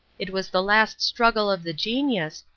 it was the last struggle of the genius,